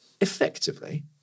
Effectively